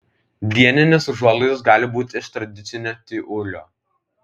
dieninės užuolaidos gali būti iš tradicinio tiulio